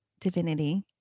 divinity